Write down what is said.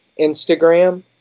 Instagram